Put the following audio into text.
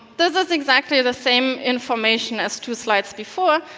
this is exactly the same information as to slides before,